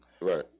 Right